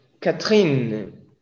Catherine